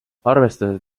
arvestades